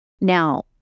Now